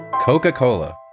Coca-Cola